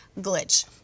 glitch